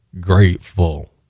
grateful